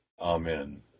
Amen